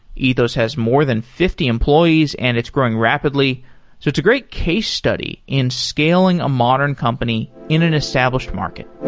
ethos has more than fifty employees and it's growing rapidly, so it's a great case study in scaling a modern company in an established market